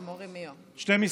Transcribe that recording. אמורה מיו.